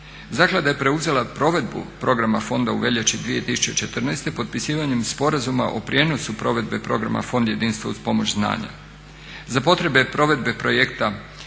Zaklada je preuzela provedbu programa fonda u veljači 2014. potpisivanjem sporazuma o prijenosu provedbe programa Fond jedinstva uz pomoć znanja. Za potrebe provedbe projekta